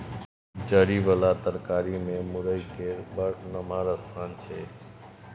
जरि बला तरकारी मे मूरइ केर नमहर स्थान छै